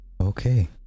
Okay